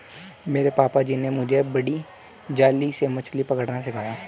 मेरे पापा जी ने मुझे बड़ी जाली से मछली पकड़ना सिखाया